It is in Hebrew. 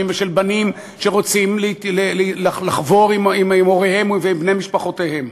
ושל בנים שרוצים לחבור להוריהם ולבני משפחותיהם.